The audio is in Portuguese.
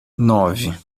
nove